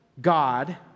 God